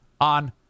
on